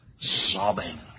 sobbing